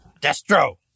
Destro